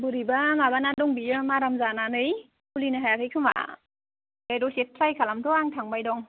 अ' बोरैबा माबाना दं बियो माराम जानानै खुलिनो हायाखै खोमा दे दसे ट्राइ खालामथ' आं थांबाय दं